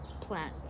plant